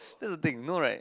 that's the thing no right